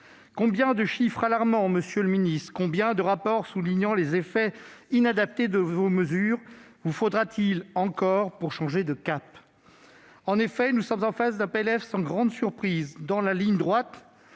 Combien de chiffres alarmants, monsieur le ministre, combien de rapports soulignant les effets inadaptés de vos mesures vous faudra-t-il encore pour changer de cap ? Nous sommes face à un PLF sans grande surprise, dans la droite